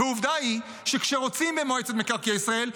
עובדה היא שכשרוצים במועצת מקרקעי ישראל,